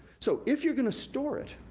so, if you're gonna store it,